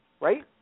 right